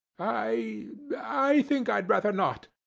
i i think i'd rather not,